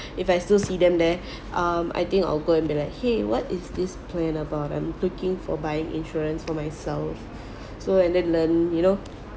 if I still see them there um I think I'll go and be like !hey! what is this plan about I'm looking for buying insurance for myself so and then learn you know